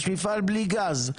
יש מפעל בלי גז.